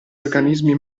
organismi